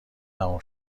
تموم